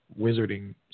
wizarding